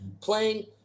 playing